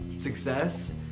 success